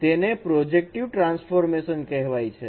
તેને projective transformation કહેવાય છે